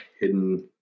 hidden